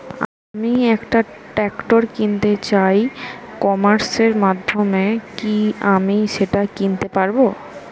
আমি একটা ট্রাক্টর কিনতে চাই ই কমার্সের মাধ্যমে কি আমি সেটা কিনতে পারব?